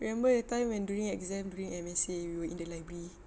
remember that time when during exam during M_M_C you were in the library